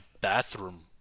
bathroom